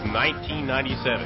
1997